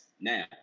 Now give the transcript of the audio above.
now